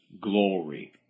glory